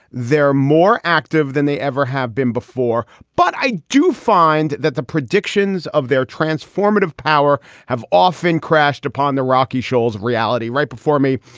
they're more active than they ever have been before. but i do find that the predictions of their transformative power have often crashed upon the rocky shoals of reality right before me.